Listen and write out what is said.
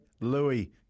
Louis